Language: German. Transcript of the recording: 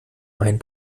einen